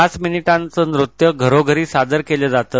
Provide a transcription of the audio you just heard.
पाच मिनिटांचनृत्यघरोघरी सादर केलं जातं